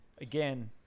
again